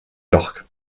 york